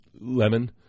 lemon